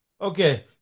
Okay